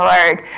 Lord